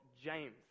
James